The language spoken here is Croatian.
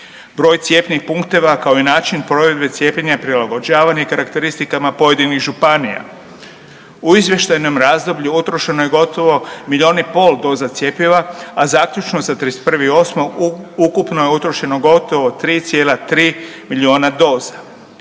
Broj cjepnih punkteva kao i način provedbe cijepljenja prilagođavan je karakteristikama pojedinih županija. U izvještajnom razdoblju utrošeno je gotovo milion i pol doza cjepiva, a zaključno sa 31.8. ukupno je utrošeno gotovo 3,3 miliona doza.